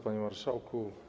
Panie Marszałku!